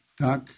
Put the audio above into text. Doc